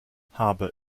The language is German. habe